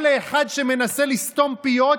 לאחד שמנסה לסתום פיות,